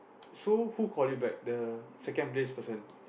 so who call you back the second place person